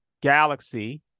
galaxy